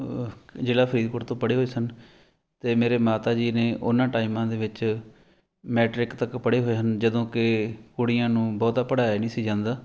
ਜਿਹੜਾ ਫਰੀਦਕੋਟ ਤੋਂ ਪੜ੍ਹੇ ਹੋਏ ਸਨ ਅਤੇ ਮੇਰੇ ਮਾਤਾ ਜੀ ਨੇ ਉਹਨਾਂ ਟਾਈਮਾਂ ਦੇ ਵਿੱਚ ਮੈਟ੍ਰਿਕ ਤੱਕ ਪੜ੍ਹੇ ਹੋਏ ਹਨ ਜਦੋਂ ਕਿ ਕੁੜੀਆਂ ਨੂੰ ਬਹੁਤਾ ਪੜ੍ਹਾਇਆ ਨਹੀਂ ਸੀ ਜਾਂਦਾ